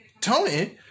Tony